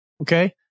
Okay